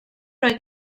roi